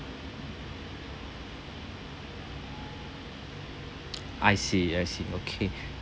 I see I see okay